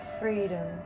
freedom